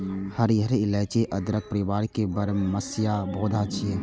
हरियर इलाइची अदरक परिवार के बरमसिया पौधा छियै